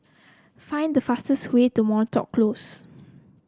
find the fastest way to Moreton Close